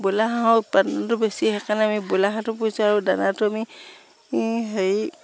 broiler হাঁহৰ উৎপাদনটো বেছি সেইকাৰণে আমি ব্ৰয়লা হাঁহটো পোহিছোঁ আৰু দানাটো আমি হেৰি